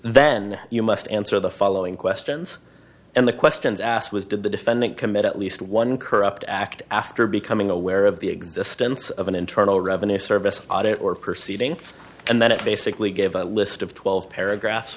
then you must answer the following questions and the questions asked was did the defendant commit at least one corrupt act after becoming aware of the existence of an internal revenue service audit or perceiving and then it basically gave a list of twelve paragraphs